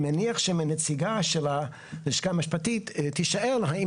אני מניח שהנציגה של הלשכה המשפטית תישאל האם